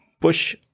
push